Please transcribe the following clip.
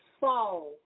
fall